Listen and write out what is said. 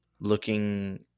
looking